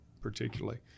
particularly